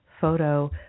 photo